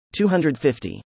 250